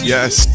Yes